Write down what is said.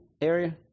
area